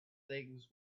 things